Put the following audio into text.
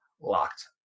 Locked